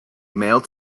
male